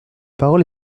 parole